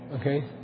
okay